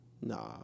Nah